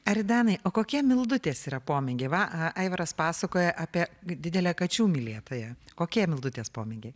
aridanai o kokie mildutės yra pomėgiai va aivaras pasakoja apie didelę kačių mylėtoją kokie mildutės pomėgiai